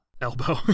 Elbow